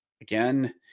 again